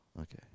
okay